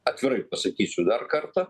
atvirai pasakysiu dar kartą